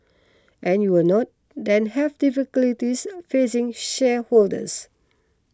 and you will not then have difficulties facing shareholders